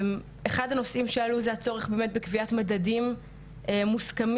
אחד הנושאים שעלו זה הצורך בקביעת מדדים מוסכמים